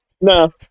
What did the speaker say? No